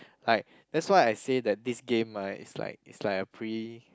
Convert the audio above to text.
like that's why I say that this game right is like is like a pre